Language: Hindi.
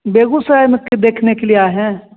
बेगूसराय में देखने के लिए आए हैं